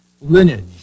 lineage